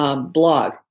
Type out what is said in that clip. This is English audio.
Blog